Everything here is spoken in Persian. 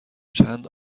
چند